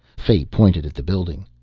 fay pointed at the building.